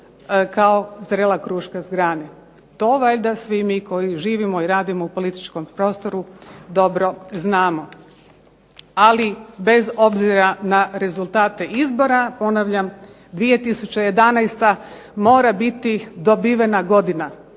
kao zrela kruška s grane. To valjda svi mi koji živimo i radimo u političkom prostoru dobro znamo. Ali bez obzira na rezultate izbora ponavljam 2011. mora biti dobivena godina,